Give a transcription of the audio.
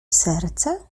serce